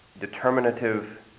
determinative